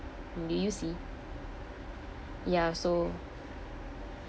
do you see ya so